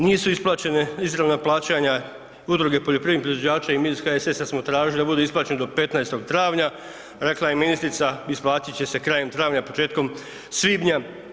Nisu isplaćena izravna plaćanja Udruge poljoprivrednih proizvođača i mi iz HSS-a smo tražili da budu isplaćeni do 15.travnja, rekla je ministrica isplatit će krajem travnja početkom svibnja.